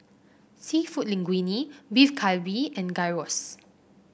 seafood Linguine Beef Galbi and Gyros